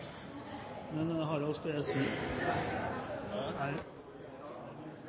Men jeg har også